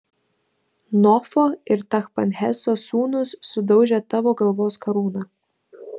nofo ir tachpanheso sūnūs sudaužė tavo galvos karūną